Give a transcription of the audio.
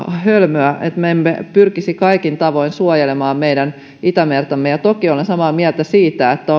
hölmöä että me emme pyrkisi kaikin tavoin suojelemaan meidän itämertamme ja toki olen samaa mieltä siitä että